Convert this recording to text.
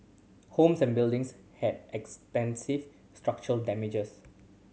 homes and buildings had extensive structural damages